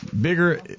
Bigger